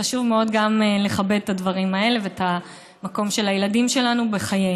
שחשוב מאוד לכבד גם את הדברים האלה ואת המקום של הילדים שלנו בחיינו.